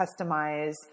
customize